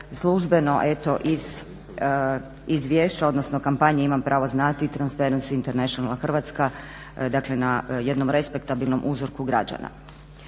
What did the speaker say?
službeno eto iz izvješća, odnosno kampanje "Imam pravo znati" Transparency Internationala Hrvatska. Dakle, na jednom respektabilnom uzorku građana.